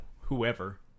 whoever